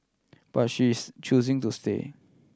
but she is choosing to stay